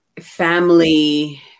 family